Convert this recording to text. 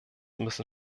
müssen